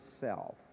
self